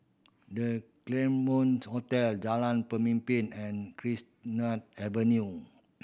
The Claremont Hotel Jalan Pemimpin and Chestnut Avenue